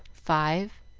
five,